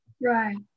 Right